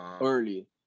early